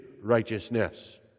righteousness